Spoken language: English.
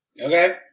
Okay